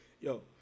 Yo